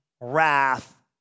wrath